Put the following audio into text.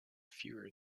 fewer